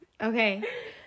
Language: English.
okay